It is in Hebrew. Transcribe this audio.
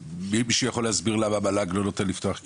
מישהו יכול להסביר למה המל"ג לא נותן לפתוח כיתות.